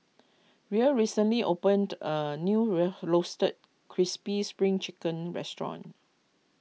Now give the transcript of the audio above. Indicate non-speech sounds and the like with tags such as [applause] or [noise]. Rae recently opened a new [unintelligible] Roasted Crispy Spring Chicken restaurant